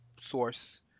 source